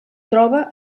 troba